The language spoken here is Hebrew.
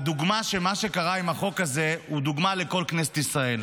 הדוגמה של מה שקרה עם החוק הזה היא דוגמה לכל כנסת ישראל,